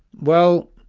well,